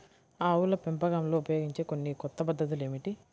ఆవుల పెంపకంలో ఉపయోగించే కొన్ని కొత్త పద్ధతులు ఏమిటీ?